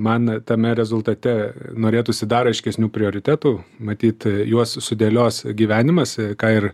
man tame rezultate norėtųsi dar aiškesnių prioritetų matyt juos sudėlios gyvenimas į ką ir